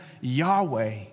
Yahweh